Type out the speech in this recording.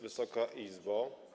Wysoka Izbo!